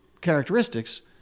characteristics